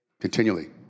Continually